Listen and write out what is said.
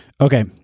Okay